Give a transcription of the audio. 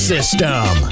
System